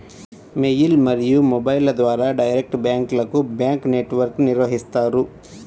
mail మరియు మొబైల్ల ద్వారా డైరెక్ట్ బ్యాంక్లకు బ్రాంచ్ నెట్ వర్క్ను నిర్వహిత్తారు